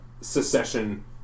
secession